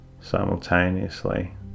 Simultaneously